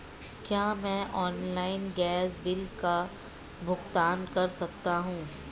क्या मैं online gas bill का भुगतान कर सकता हूँ?